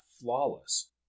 flawless